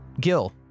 Gil